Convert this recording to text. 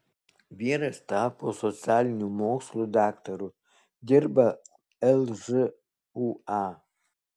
vyras tapo socialinių mokslų daktaru dirba lžūa